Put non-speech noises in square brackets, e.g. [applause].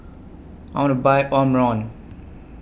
I want to Buy Omron [noise]